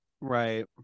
Right